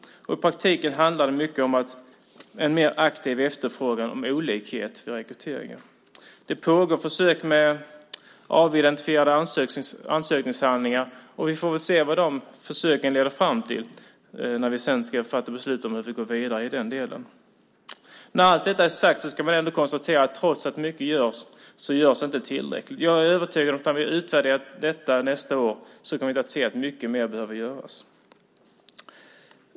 I praktiken handlar det mycket om en mer aktiv efterfrågan på olikhet vid rekryteringen. Det pågår försök med avidentifierade ansökningshandlingar. Vi får se vad de försöken leder fram till när vi sedan ska fatta beslut om hur vi går vidare i den delen. När allt detta är sagt ska vi ändå konstatera att trots att mycket görs så görs inte tillräckligt. Jag är övertygad om att när vi utvärderat detta nästa år kommer vi att se att mycket mer behöver göras.